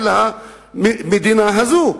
של המדינה הזאת.